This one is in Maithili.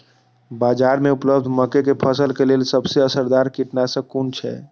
बाज़ार में उपलब्ध मके के फसल के लेल सबसे असरदार कीटनाशक कुन छै?